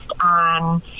on